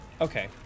Okay